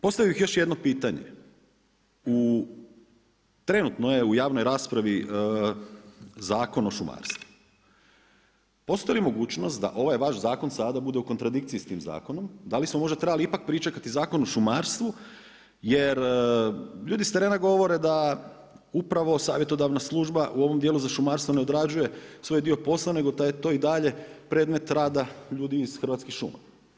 Postavio bih još jedno pitanje, trenutno je u javnoj raspravi Zakon o šumarstvu, postoji li mogućnost da ovaj vaš zakon sada bude u kontradikciji s tim zakonom, da li smo možda trebali ipak pričekati Zakon o šumarstvu jer ljudi s terena govore da upravo savjetodavna služba u ovom dijelu za šumarstvo ne odrađuje svoj dio posla nego da je to i dalje predmet rada ljudi iz Hrvatskih šuma.